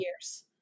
years